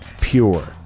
pure